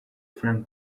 frankie